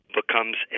becomes